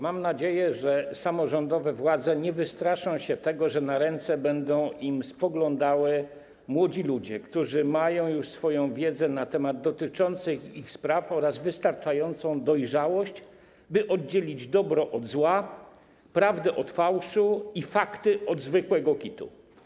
Mam nadzieję, że samorządowe władze nie wystraszą się tego, że na ręce będą im spoglądali młodzi ludzie, którzy mają już swoją wiedzę na temat dotyczących ich spraw oraz wystarczającą dojrzałość, by oddzielić dobro od zła, prawdę od fałszu i fakty od zwykłego kitu.